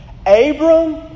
Abram